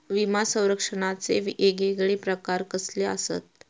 विमा सौरक्षणाचे येगयेगळे प्रकार कसले आसत?